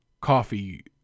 coffee